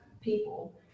people